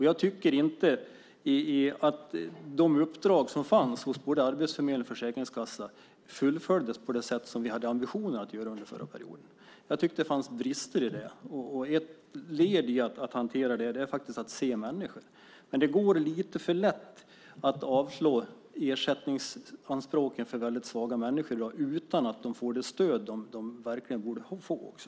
Jag tycker inte att de uppdrag som fanns hos både arbetsförmedling och försäkringskassa fullföljdes på de sätt som vi hade ambitionen att göra under förra perioden. Det fanns brister i det. Ett led i att hantera det är att se människor. Det går lite för lätt att avslå svaga människors ersättningsanspråk i dag utan att de får det stöd de borde få.